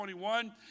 21